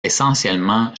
essentiellement